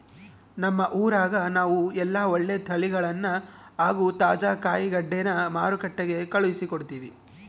ನಮ್ಮ ಊರಗ ನಾವು ಎಲ್ಲ ಒಳ್ಳೆ ತಳಿಗಳನ್ನ ಹಾಗೂ ತಾಜಾ ಕಾಯಿಗಡ್ಡೆನ ಮಾರುಕಟ್ಟಿಗೆ ಕಳುಹಿಸಿಕೊಡ್ತಿವಿ